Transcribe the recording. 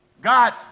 God